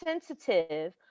sensitive